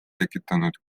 tekitanud